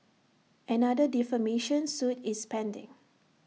another defamation suit is pending